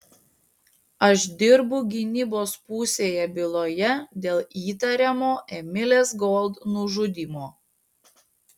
aš dirbu gynybos pusėje byloje dėl įtariamo emilės gold nužudymo